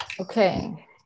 Okay